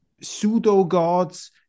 pseudo-gods